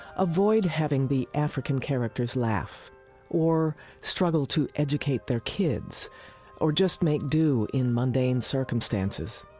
avoid having the african characters laugh or struggle to educate their kids or just make do in mundane circumstances.